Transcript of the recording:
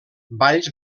valls